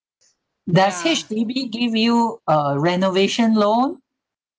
does H_D_B give you uh renovation loan